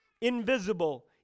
invisible